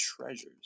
treasures